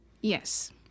Yes